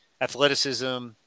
athleticism